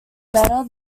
better